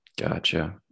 Gotcha